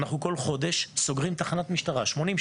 אנחנו כל חודש סוגרים תחנת משטרה.